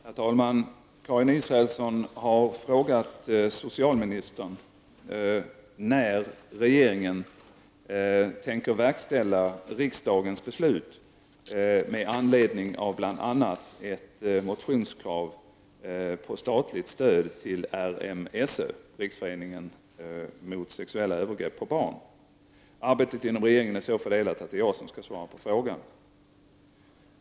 Herr talman! Karin Israelsson har frågat socialministern när regeringen ämnar verkställa riksdagens beslut med anledning av bl.a. ett motionskrav på statligt stöd till RMSÖ . Arbetet inom regeringen är så fördelat att det är jag som skall svara på frågan.